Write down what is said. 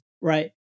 Right